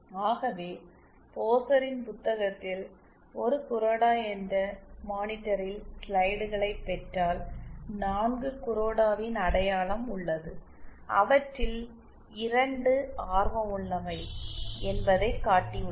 ஆகவே போஸரின் புத்தகத்தில் ஒரு குரோடா என்ற மானிட்டரில் ஸ்லைடுகளைப் பெற்றால் நான்கு குரோடாவின் அடையாளம் உள்ளது அவற்றில் இரண்டு ஆர்வமுள்ளவை என்பதைக் காட்டியுள்ளது